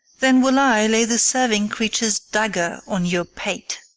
then will i lay the serving-creature's dagger on your pate.